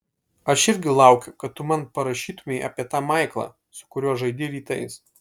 aš irgi laukiu kad tu man parašytumei apie tą maiklą su kuriuo žaidi rytais